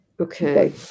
Okay